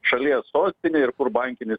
šalies sostinė ir kur bankinis